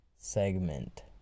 segment